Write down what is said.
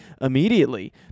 immediately